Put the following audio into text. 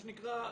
מה שנקרא,